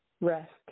rest